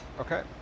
Okay